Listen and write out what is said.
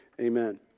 amen